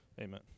Amen